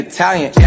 Italian